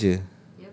azmi kerja